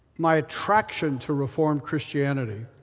my attraction to reformed christianity